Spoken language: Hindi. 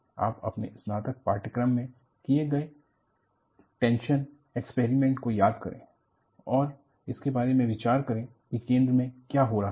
आप अपने स्नातक पाठ्यक्रम में किए गए टेंशन एक्सपेरिमेंट को याद करें और उसके बारे में विचार करें कि केंद्र में क्या हो रहा था